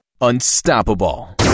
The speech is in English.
unstoppable